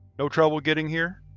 no trouble getting here?